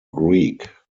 greek